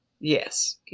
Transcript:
Yes